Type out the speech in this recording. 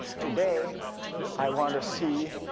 today i want to see